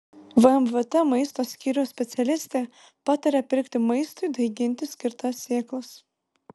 vmvt maisto skyriaus specialistė pataria pirkti maistui daiginti skirtas sėklas